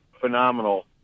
phenomenal